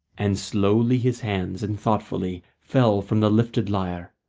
and slowly his hands and thoughtfully fell from the lifted lyre,